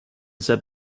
sehr